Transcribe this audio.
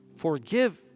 Forgive